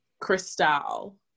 Crystal